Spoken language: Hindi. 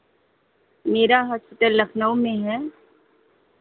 मेरा हॉस्पिटल लखनऊ में है